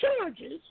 charges